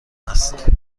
است